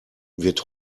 wird